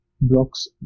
blocks